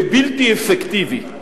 כבלתי אפקטיבי.